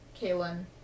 Kaylin